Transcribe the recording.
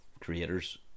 creators